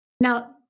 Now